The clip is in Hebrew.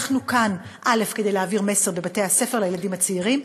אנחנו כאן כדי להעביר מסר בבתי-הספר לילדים הצעירים,